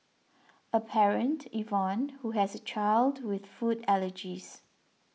a parent Yvonne who has a child with food allergies